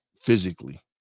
physically